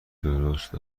درست